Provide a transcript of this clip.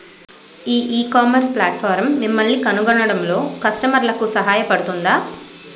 ఈ ecommerce platform మిమ్మల్ని కనుగొనడంలో కస్టమర్లకు సహాయపడుతుందా?